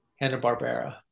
Hanna-Barbera